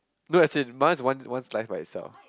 no as in mine is one one slice by itself